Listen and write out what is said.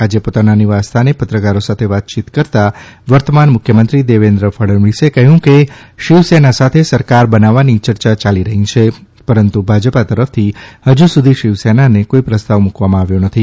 આજે પોતાના નિવાસસ્થાને પત્રકારો સાથે વાતચીત કરતા વર્તમાન મુખ્યમંત્રી દેવેન્દ્ર ફડણવીસે કહ્યું કે શિવસેના સાથે સરકાર બનાવવાની ચર્ચા યાલી રહી છે પરંતુ ભાજપા તરફથી હજુ સુધી શિવસેનાને કોઇ પ્રસ્તાવ મૂકવામાં આવ્યો નથી